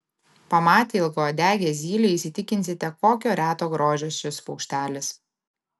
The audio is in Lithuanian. pamatę ilgauodegę zylę įsitikinsite kokio reto grožio šis paukštelis